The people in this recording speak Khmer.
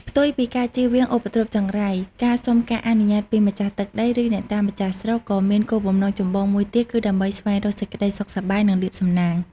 ផ្ទុយពីការជៀសវាងឧបទ្រពចង្រៃ ការសុំការអនុញ្ញាតពីម្ចាស់ទឹកដី ឬអ្នកតាម្ចាស់ស្រុក ក៏មានគោលបំណងចម្បងមួយទៀតគឺដើម្បីស្វែងរកសេចក្តីសុខសប្បាយ និងលាភសំណាង។